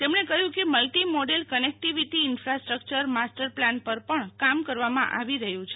તેમણચ્યે કહ્યુ કે multimodal connectivity infrastructure master plan પર પણ કામ કરવામાં આવી રહ્યુ છે